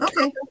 Okay